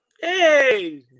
Hey